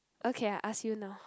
okay I ask you now